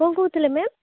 କ'ଣ କହୁଥିଲେ ମ୍ୟାମ୍